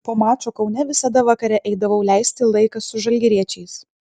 po mačo kaune visada vakare eidavau leisti laiką su žalgiriečiais